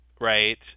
right